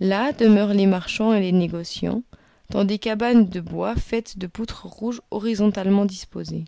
là demeurent les marchands et les négociants dans des cabanes de bois faites de poutres rouges horizontalement disposées